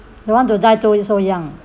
don't want to die too so young